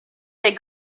they